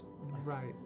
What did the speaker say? Right